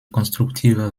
konstruktiver